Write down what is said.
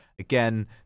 Again